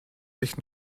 sich